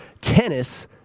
tennis